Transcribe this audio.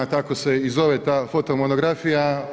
Tako se i zove ta fotomonografija.